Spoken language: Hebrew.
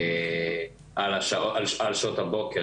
על שעות הבוקר,